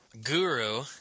guru